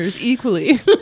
equally